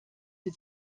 sie